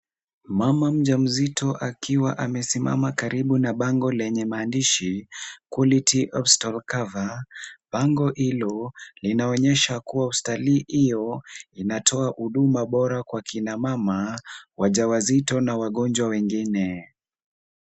Mama mjamzito akiwa amesimama karibu na bango lenye maandishi quality hospital cover , bango hilo linaonyesha kuwa hospitali hiyo inatoa huduma bora kwa akina mama wajawazito na wagonjwa wengine.